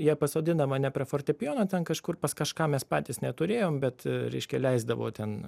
jie pasodina mane prie fortepijono ten kažkur pas kažką mes patys neturėjom bet reiškia leisdavo ten